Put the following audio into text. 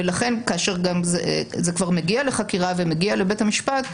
ולכן כאשר זה כבר מגיע לחקירה ומגיע לבית המשפט,